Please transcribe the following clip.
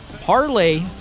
parlay